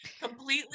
completely